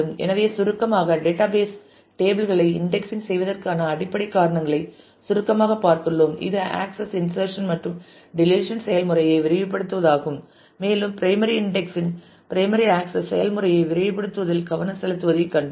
எனவே சுருக்கமாக database table களை இன்டெக்ஸிங் செய்வதற்கான அடிப்படை காரணங்களை சுருக்கமாகப் பார்த்துள்ளோம் இது ஆக்சஸ் இன்ஷர்சன் மற்றும் டெலிசன் செயல்முறையை விரைவுபடுத்துவதாகும் மேலும் பிரைமரிலி இன்டெக்ஸிங் பிரைமரிலி ஆக்சஸ் செயல்முறையை விரைவுபடுத்துவதில் கவனம் செலுத்துவதைக் கண்டோம்